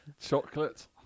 Chocolate